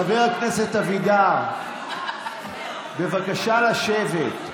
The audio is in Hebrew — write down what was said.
חבר הכנסת אבידר, בבקשה לשבת.